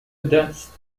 دست